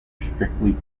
strictly